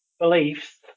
beliefs